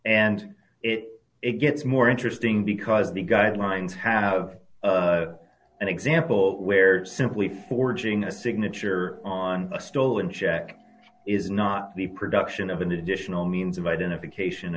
and it gets more interesting because the guidelines have an example where simply forging a signature on a stolen check is not the production of an additional means of identification